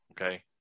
Okay